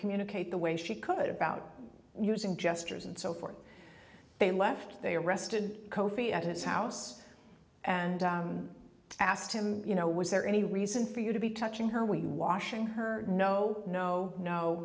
communicate the way she could about using gestures and so forth they left they arrested kofi at his house and asked him you know was there any reason for you to be touching her we'll washing her no no no